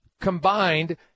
combined